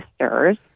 sisters